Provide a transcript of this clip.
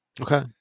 Okay